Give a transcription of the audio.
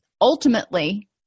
ultimately